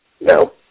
no